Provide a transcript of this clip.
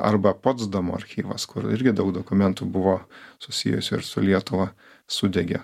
arba potsdamo archyvas kur irgi daug dokumentų buvo susijusių ir su lietuva sudegė